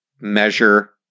measure